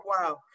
Wow